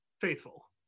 faithful